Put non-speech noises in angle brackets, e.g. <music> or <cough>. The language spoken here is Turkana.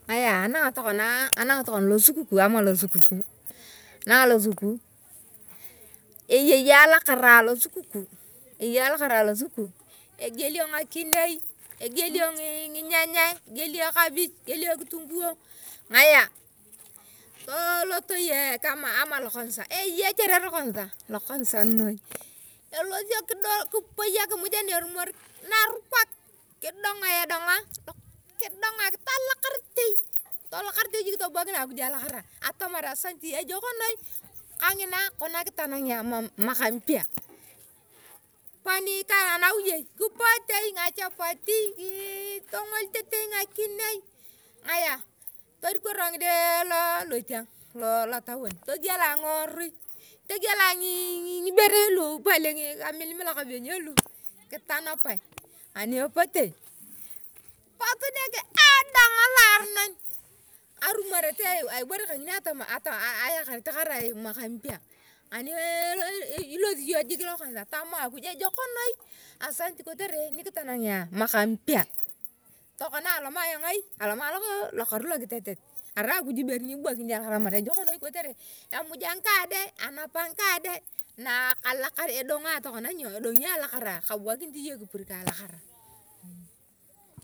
Ngagaa ananga tokana lesukukuu ama nalo zurimwayayue eyei alokona alosukukuu <hesitation> ngielo ngakinei engiloo nginyanyae engielo ekebich engielo ekitongue ngaya <hesitation> lokonia nei elosuo <hesitation> kipai akimuj ani erumar naruka <hesitation> talakanta tobuakina jik. Akoj alekera atamar asanti ejoknomoi <hesitation> kongina konia kitonangina mwaka mpyaa pani nauyie kipootei ngachapati. iii <hesitation> tingattei ngakinei nganyaa <hesitation> tonkorae ngide lo taun togielae ngoori togielae ngii borei lobei ngkamililak lube nyo lu kitonapae <hesitation> ani epote patu nege edonga lo aronon. Arumaet a ibore ka ngini atama <unintelligible> aekoret kerai mwaka mpya ani <hesitation> ilosi iyonga jik lokonisa tama. Akuj ejokonai asanti kotere nikitonangia mwaka mpya. Tokona alemaa ayong aiiatomaa lakaru lokitelet arai akuj ibuokona iyong alekhara atamar ejokonoi ketere emuja ngkaadee <hesitation> anapa ngkaade na aka <unintelligible> endongio tokona inyoo edangio alokora kabuakinit tokona aying iyong nyoo kabuanikit ekipur ka alakara.